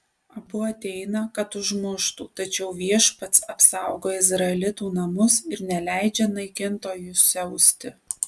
abu ateina kad užmuštų tačiau viešpats apsaugo izraelitų namus ir neleidžia naikintojui siausti